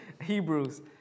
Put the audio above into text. Hebrews